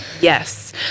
Yes